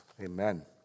Amen